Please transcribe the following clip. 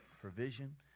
provision